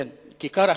כן, כיכר החירות,